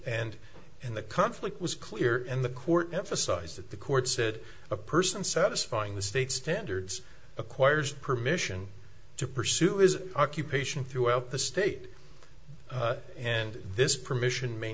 and in the conflict was clear and the court emphasized that the court said a person satisfying the state standards acquires permission to pursue his occupation throughout the state and this permission may